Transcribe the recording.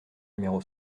numéro